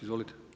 Izvolite.